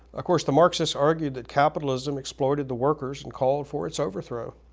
of course, the marxists argued that capitalism exploited the workers and called for its overthrow.